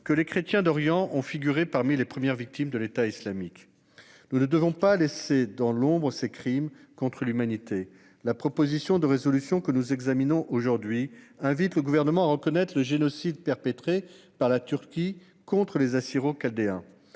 que les chrétiens d'Orient ont figuré parmi les premières victimes de l'État islamique. Nous ne devons pas laisser dans l'ombre ces crimes contre l'humanité. La proposition de résolution que nous examinons aujourd'hui invite le Gouvernement à reconnaître le génocide perpétré par la Turquie contre les Assyro-Chaldéens.